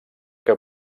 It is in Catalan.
que